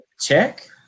check